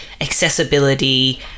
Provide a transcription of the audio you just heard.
accessibility